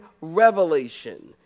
revelation